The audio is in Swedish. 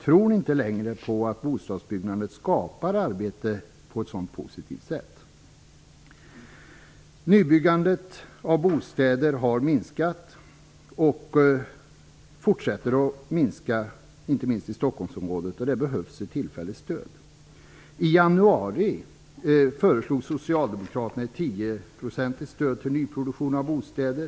Tror ni inte längre på att bostadsbyggandet skapar arbete på ett sådant positivt sätt? Nybyggandet av bostäder har minskat och fortsätter att minska, inte minst i Stockholmsområdet. Där behövs ett tillfälligt stöd. I januari föreslog Socialdemokraterna ett 10-procentigt stöd till nyproduktion av bostäder.